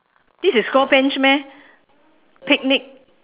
this is called bench meh picnic